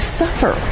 suffer